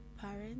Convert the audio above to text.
parents